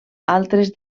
altres